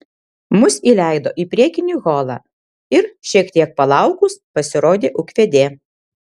mus įleido į priekinį holą ir šiek tiek palaukus pasirodė ūkvedė